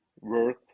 worth